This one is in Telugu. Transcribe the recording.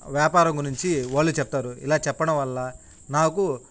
వ్యాపారం గురించి వాళ్ళు చెప్తారు ఇలా చెప్పడం వల్ల నాకు